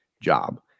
job